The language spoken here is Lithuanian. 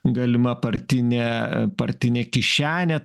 galima partinė partinė kišenė